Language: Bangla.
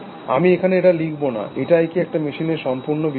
আমি এখানে এটা লিখব না এটাই কি একটা মেশিনের সম্পূর্ণ বিবরণ